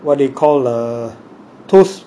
what do you call a toast